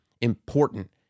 important